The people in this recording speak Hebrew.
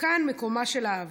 וכאן מקומה של אהבה,